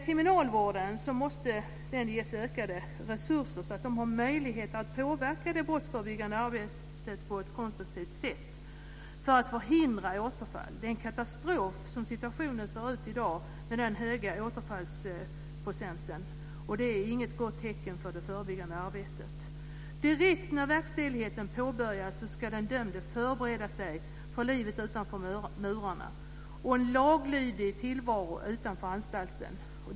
Kriminalvården måste ges ökade resurser så att den har möjlighet att påverka det brottsförebyggande arbetet på ett konstruktivt sätt för att förhindra återfall. Dagens situation med dess höga återfallsprocent är en katastrof, och det är inget gott tecken för det förebyggande arbetet. Direkt när verkställigheten påbörjas ska den dömde förbereda sig för livet utanför murarna och en laglydig tillvaro utanför anstalten.